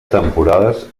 temporades